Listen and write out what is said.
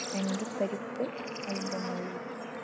അണ്ടിപ്പരിപ്പ് അതിൻ്റെ മുകളിൽ വയ്ക്കുക